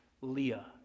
Leah